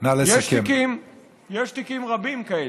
יש תיקים רבים כאלה.